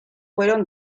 fueron